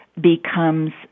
becomes